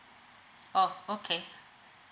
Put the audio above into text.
orh okay